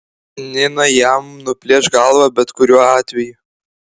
nina jam nuplėš galvą bet kuriuo atveju